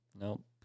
Nope